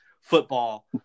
football